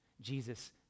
Jesus